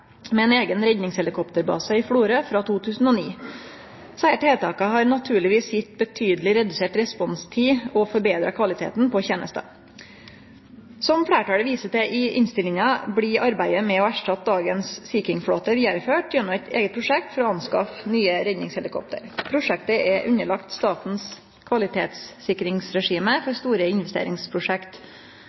med ein eigen redningshelikopterbase i Florø frå 2009. Desse tiltaka har naturlegvis gjeve betydeleg redusert responstid og forbetra kvaliteten på tenesta. Som fleirtalet viser til i innstillinga, blir arbeidet med å erstatte dagens Sea King-flåte ført vidare gjennom eit eige prosjekt for å skaffe nye redningshelikopter. Prosjektet er lagt under statens kvalitetssikringsregime for store investeringsprosjekt.